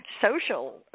social